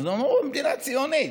אז הם אמרו: במדינה ציונית.